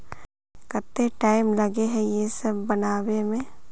केते टाइम लगे है ये सब बनावे में?